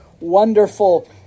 wonderful